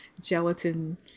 gelatin